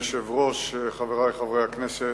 אדוני היושב-ראש, חברי חברי הכנסת,